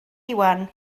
iwan